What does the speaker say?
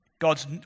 God's